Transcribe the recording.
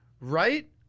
right